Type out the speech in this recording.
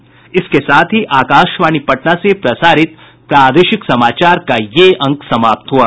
इसके साथ ही आकाशवाणी पटना से प्रसारित प्रादेशिक समाचार का ये अंक समाप्त हुआ